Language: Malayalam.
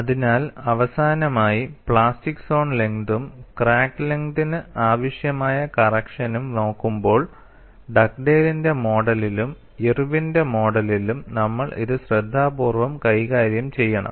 അതിനാൽ അവസാനമായി പ്ലാസ്റ്റിക് സോൺ ലെങ്തും ക്രാക്ക് ലെങ്തിനു ആവശ്യമായ കറക്ഷനും നോക്കുമ്പോൾ ഡഗ്ഡെയ്ലിന്റെ മോഡലിലും Dugdale's model ഇർവിന്റെ മോഡലിലും Irwin's model നമ്മൾ ഇത് ശ്രദ്ധാപൂർവ്വം കൈകാര്യം ചെയ്യണം